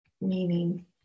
meaning